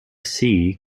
sea